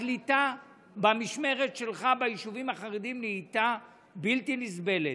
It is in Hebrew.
הקליטה במשמרת שלך ביישובים החרדים נהייתה בלתי נסבלת.